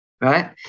right